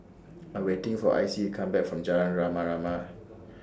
I'm waiting For Icy to Come Back from Jalan Rama Rama